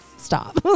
Stop